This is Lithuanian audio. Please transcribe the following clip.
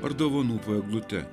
ar dovanų po eglute